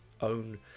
own